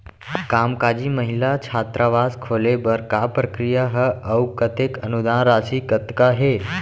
कामकाजी महिला छात्रावास खोले बर का प्रक्रिया ह अऊ कतेक अनुदान राशि कतका हे?